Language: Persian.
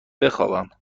بخوابم